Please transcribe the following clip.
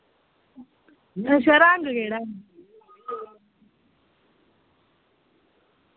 अच्छा रंग केह्ड़ा ऐ